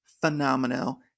Phenomenal